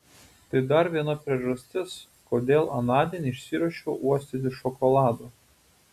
tai dar viena priežastis kodėl anądien išsiruošiau uostyti šokolado